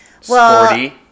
sporty